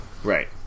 Right